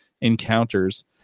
encounters